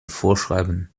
vorschreiben